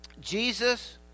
Jesus